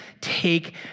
take